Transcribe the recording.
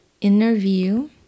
interview